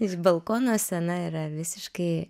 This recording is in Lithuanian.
iš balkono scena yra visiškai